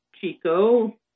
Chico